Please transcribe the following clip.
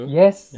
yes